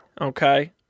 okay